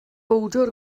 bowdr